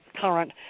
current